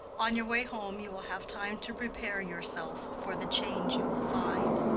on your way home you will have time to prepare yourself for the change you will find.